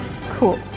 Cool